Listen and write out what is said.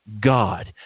God